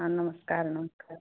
हॅं चालू छै